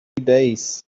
days